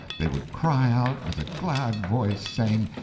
they would cry out with a glad voice, saying,